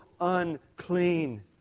unclean